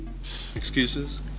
excuses